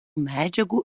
medžiagų